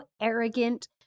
arrogant